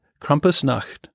Krampusnacht